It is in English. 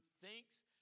thinks